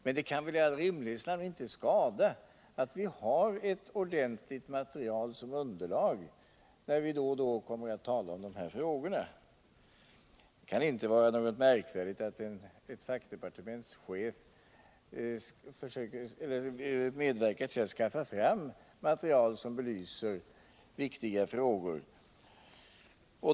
Men det kan väl i rimlighetens namn inte skada att vi har ett ordentligt material som underlag när vi då och då kommer att tala om dessa frågor. Det kan väl inte vara någonting märkvärdigt att ett fackdepartements chef medverkar till att skaffa fram material som belyser viktiga frågor.